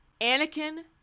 Anakin